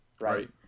right